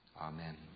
Amen